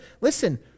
Listen